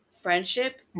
friendship